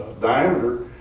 diameter